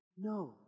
no